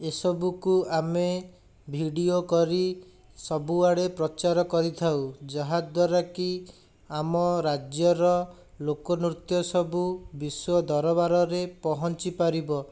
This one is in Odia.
ଏ ସବୁକୁ ଆମେ ଭିଡ଼ିଓ କରି ସବୁଆଡ଼େ ପ୍ରଚାର କରିଥାଉ ଯାହାଦ୍ୱାରା କି ଆମ ରାଜ୍ୟର ଲୋକନୃତ୍ୟ ସବୁ ବିଶ୍ୱ ଦରବାରରେ ପହଞ୍ଚି ପାରିବ